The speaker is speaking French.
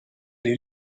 les